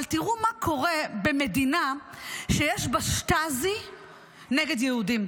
אבל תראו מה קורה במדינה שיש בה שטאזי נגד יהודים.